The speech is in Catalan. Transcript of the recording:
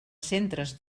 centres